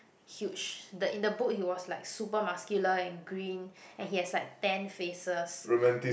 huge the in the book he was like super muscular and green and he has like ten faces